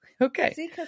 okay